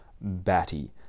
batty